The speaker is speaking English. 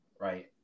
right